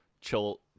chill